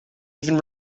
even